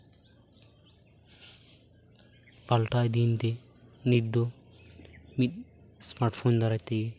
ᱯᱟᱞᱴᱟᱣ ᱤᱫᱤᱭᱮᱱᱛᱮ ᱱᱤᱛ ᱫᱚ ᱢᱤᱫ ᱤᱥᱢᱟᱴ ᱯᱷᱳᱱ ᱫᱟᱨᱟᱭ ᱛᱮᱜᱮ